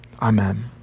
Amen